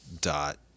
dot